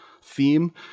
theme